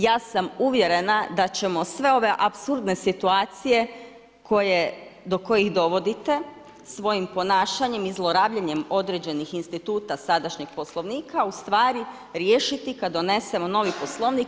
Ja sam uvjerena da ćemo sve ove apsurdne situacije do kojih dovodite svojim ponašanjem i zlorabljenjem određenih instituta sadašnjeg Poslovnika u stvari riješiti kad donesemo novi Poslovnik.